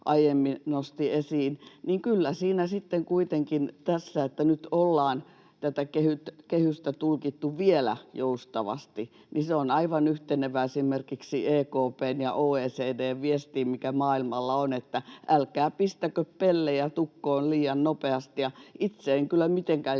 aiemmin nosti esiin, niin kyllä se sitten kuitenkin, kun nyt ollaan tätä kehystä tulkittu vielä joustavasti, on aivan yhtenevää esimerkiksi EKP:n ja OECD:n viestin kanssa, mikä maailmalla on, että älkää pistäkö peltejä tukkoon liian nopeasti. Ja itse en kyllä mitenkään